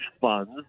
funds